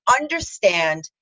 Understand